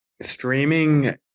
streaming